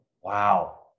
wow